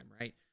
right